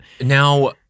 Now